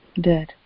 Dead